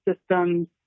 systems